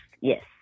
Yes